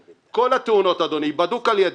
כל התאונות, אדוני, בדוק על ידי,